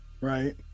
Right